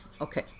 okay